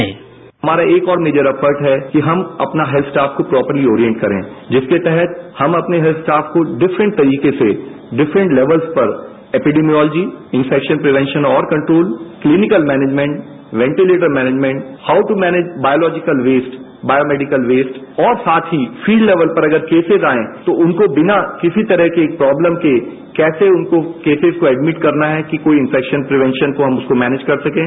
bite हमारा एक और मेजर एफर्ट है कि हम अपना हेल्थ स्टाफ को प्रोपर्ल ओरियंट करें जिसके तहत हम अपने हेत्थ स्टाफ को डिफरेंट तरीके से डिफरेंट लेवल पर epidemiology infection prevention all control clinical management ventilator management how to manage biological waste biomedical waste और साथ ही फिल्ड लेवल पर अगर केसेज आए तो उनको बिना किसी तरह के प्राब्लम के कैसे उनको केसेज को एडमिट करना कोई इंफेक्शन प्रिवेंशन को हम उसको मैनेज कर सकें